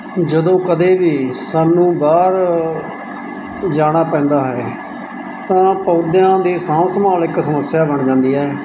ਜਦੋਂ ਕਦੇ ਵੀ ਸਾਨੂੰ ਬਾਹਰ ਜਾਣਾ ਪੈਂਦਾ ਹੈ ਤਾਂ ਪੌਦਿਆਂ ਦੀ ਸਾਂਭ ਸੰਭਾਲ ਇੱਕ ਸਮੱਸਿਆ ਬਣ ਜਾਂਦੀ ਹੈ